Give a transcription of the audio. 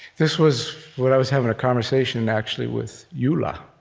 this was what i was having a conversation, and actually, with youla